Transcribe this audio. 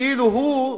כאילו הוא,